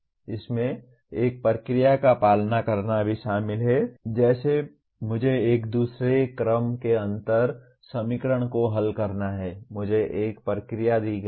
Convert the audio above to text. इसमें एक प्रक्रिया का पालन करना भी शामिल है जैसे मुझे एक दूसरे क्रम के अंतर समीकरण को हल करना है मुझे एक प्रक्रिया दी गई है